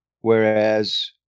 Whereas